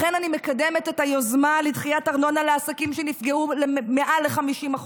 לכן אני מקדמת את היוזמה לדחיית ארנונה לעסקים שנפגעו מעל ל-50%,